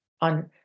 on